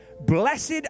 Blessed